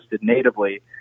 natively